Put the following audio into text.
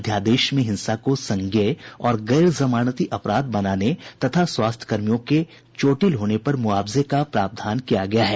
अध्यादेश में हिंसा को संज्ञेय और गैर जमानती अपराध बनाने तथा स्वास्थ्यकर्मियों के चोटिल होने पर मुआवजे का प्रावधान किया गया है